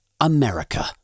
America